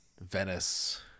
venice